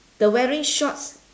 the wearing shorts